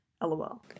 Lol